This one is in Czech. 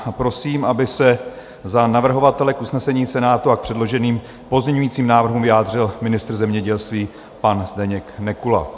Prosím, aby se za navrhovatele k usnesení Senátu a předloženým pozměňovacím návrhům vyjádřil ministr zemědělství pan Zdeněk Nekula.